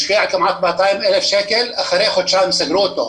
השקיע כמעט 200,000 שקלים ואחרי חודשיים סגרו אותו.